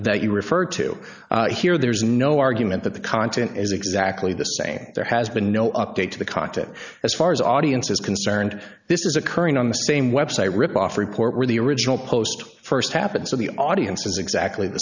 that you referred to here there's no argument that the content is exactly the same there has been no update to the cottage as far as audience is concerned this is occurring on the same website rip off report where the original post first happened so the audience is exactly